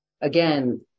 again